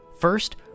First